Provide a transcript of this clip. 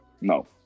No